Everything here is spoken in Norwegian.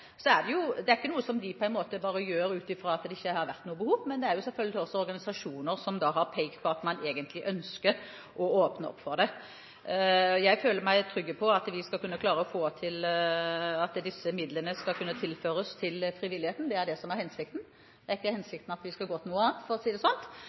er ikke det noe som de bare gjør uten at det har vært noe behov – det er selvfølgelig også organisasjoner som har pekt på at man egentlig ønsker å åpne opp for det. Jeg føler meg trygg på at vi skal kunne klare å få til at disse midlene tilføres frivilligheten. Det er det som er hensikten, det er ikke